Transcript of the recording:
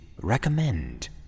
Recommend